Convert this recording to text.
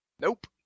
Nope